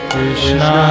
Krishna